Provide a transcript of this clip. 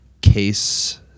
Case